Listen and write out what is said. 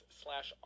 slash